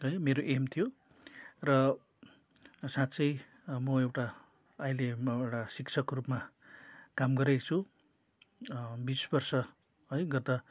है मेरो एम थियो र साँच्चै म एउटा अहिले म एउटा शिक्षकको रूपमा काम गरिरहेको छु बिस वर्ष है गत